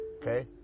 okay